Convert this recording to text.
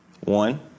One